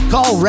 Call